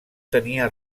tenia